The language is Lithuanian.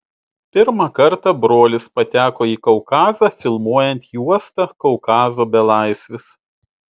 pirmą kartą brolis pateko į kaukazą filmuojant juostą kaukazo belaisvis